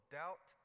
doubt